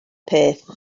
peth